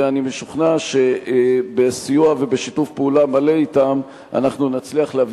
ואני משוכנע שבסיוע ובשיתוף פעולה מלא אתם אנחנו נצליח להביא